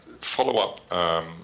follow-up